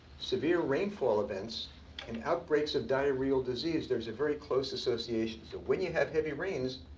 severe rainfall events and outbreaks of diarrheal disease, there's a very close association. so when you have heavy rains,